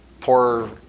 poor